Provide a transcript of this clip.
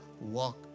walk